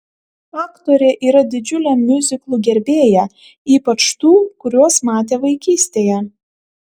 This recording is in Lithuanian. aktorė yra didžiulė miuziklų gerbėja ypač tų kuriuos matė vaikystėje